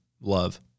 love